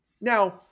Now